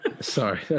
sorry